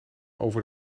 over